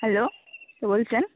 hello বলছেন